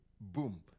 boom